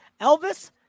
Elvis